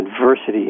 adversity